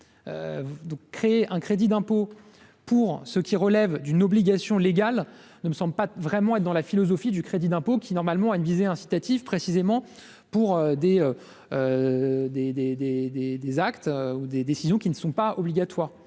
de créer un crédit d'impôt pour ce qui relève d'une obligation légale ne ne semble pas vraiment et dans la philosophie du crédit d'impôt qui, normalement, une visée incitative, précisément pour des, des, des, des, des, des actes ou des décisions qui ne sont pas obligatoires,